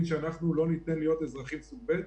שאנחנו לא ניתן שיהיו אזרחים סוג ב'.